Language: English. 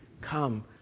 come